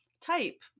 type